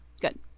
Good